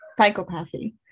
psychopathy